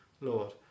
Lord